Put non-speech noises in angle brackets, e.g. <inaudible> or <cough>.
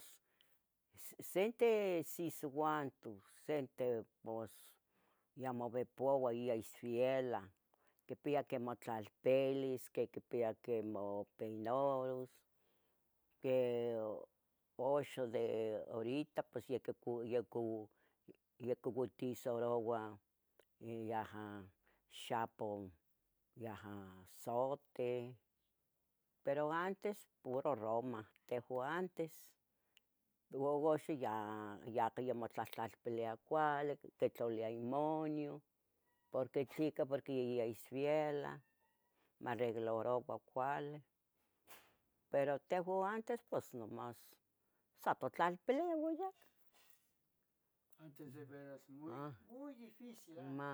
Ssente sisiuantu, sente pos ya mobepoua iyai isbiela, quipia que motlalpilis, quipia que mo peinaros queu uxa de horita pues ya cu, ya cu, ya quiutizaroua yaha xapoh, yaha zote, pero antes puro roma, tehua antes, ua uxa ya yaca motlahtlalpilia cuali, quitlalia imoño, porque tlica, porque yayabi isbiela, marreglaroua cuali, pero tehua antes pos sa nomas itmotlalpilia ua ya. <noise>